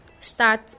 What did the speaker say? Start